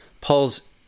paul's